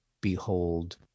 behold